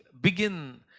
begin